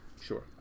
sure